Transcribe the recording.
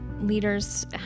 leaders